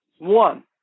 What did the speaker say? One